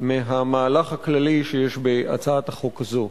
מהמהלך הכללי שיש בהצעת החוק הזאת.